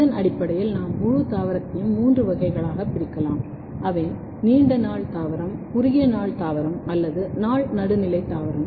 அதன் அடிப்படையில் நாம் முழு தாவரத்தையும் மூன்று வகைகளாக வரையறுக்கலாம் அவை நீண்ட நாள் தாவரம் குறுகிய நாள் தாவரம் அல்லது நாள் நடுநிலை தாவரம்